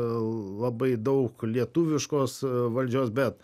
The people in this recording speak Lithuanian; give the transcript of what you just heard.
labai daug lietuviškos valdžios bet